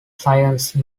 science